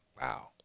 Wow